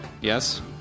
Yes